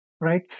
right